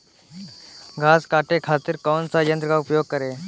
घास काटे खातिर कौन सा यंत्र का उपयोग करें?